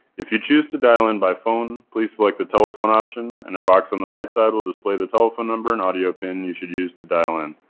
if you choose to dial in by phone please select like the telephone option and a box on the right side will display the telephone number and audio pin you should use to dial in.